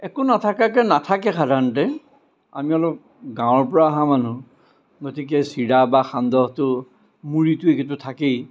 একো নথকাকৈ নাথাকে সাধাৰণতে আমি অলপ গাঁৱৰপৰা অহা মানুহ গতিকে চিৰা বা সান্দহটো মুড়িটো থাকেই